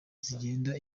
zigenda